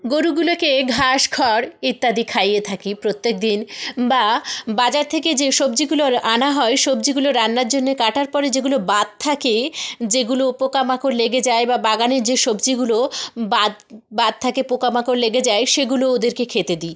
গরুগুলোকে ঘাস খর ইত্যাদি খাইয়ে থাকি প্রত্যেক দিন বা বাজার থেকে যে সবজিগুলোর আনা হয় সবজিগুলো রান্নার জন্যে কাটার পরে যেগুলো বাদ থাকে যেগুলো পোকামাকড় লেগে যায় বা বাগানের যে সবজিগুলো বাদ বাদ থাকে পোকামাকড় লেগে যায় সেগুলো ওদেরকে খেতে দিই